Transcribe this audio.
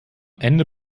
ende